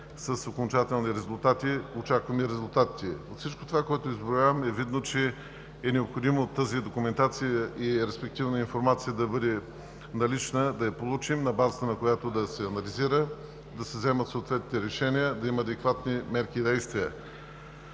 с окончателни резултати. Очакваме резултатите! От всичко, което изброявам, е видно, че е необходимо тази документация и респективно информация да бъде налична, да я получим, на базата на която да се анализира, да се вземат съответните решения, да има адекватни мерки и действия.